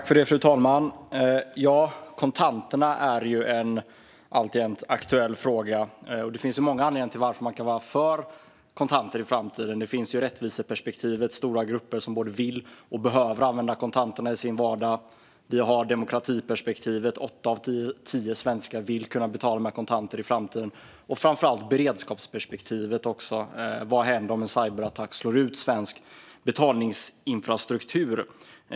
Fru talman! Kontanterna är alltjämt en aktuell fråga. Det finns många anledningar till att man kan vara för kontanter i framtiden. Det finns ett rättviseperspektiv - stora grupper både vill och behöver använda kontanterna i sin vardag. Vi har demokratiperspektivet - åtta av tio svenskar vill kunna betala med kontanter i framtiden. Framför allt har vi beredskapsperspektivet - vad händer om en cyberattack slår ut svensk betalningsinfrastruktur?